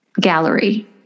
gallery